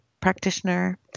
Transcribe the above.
practitioner